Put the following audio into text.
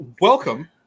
Welcome